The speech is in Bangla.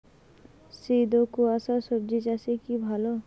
শীত ও কুয়াশা স্বজি চাষে কি ভালো?